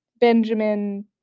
Benjamin